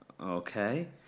Okay